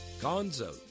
gonzo